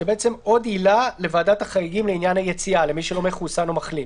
זאת בעצם עוד עילה לוועדת החריגים לעניין היציאה למי שמחוסן או מחלים,